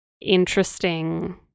interesting